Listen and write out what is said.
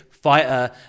Fighter